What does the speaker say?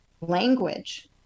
language